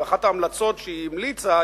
ואחת ההמלצות שהיא המליצה,